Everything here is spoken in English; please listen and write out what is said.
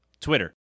Twitter